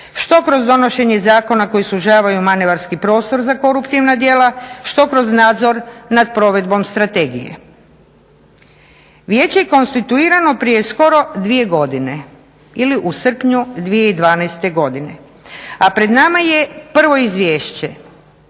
Što kroz donošenje zakona koji sužavaju manevarski prostor za koruptivna djela, što kroz nadzor nad provedbom strategije. Vijeće je konstituirano prije skoro 2 godine ili u srpnju 2012. godine, a pred nama je prvo izvješće.